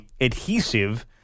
adhesive